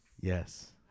yes